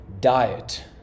diet